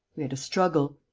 we had a struggle.